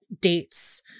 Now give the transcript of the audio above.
dates